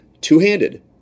Two-handed